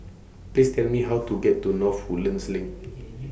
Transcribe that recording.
Please Tell Me How to get to North Woodlands LINK